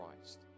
Christ